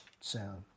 sound